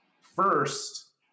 First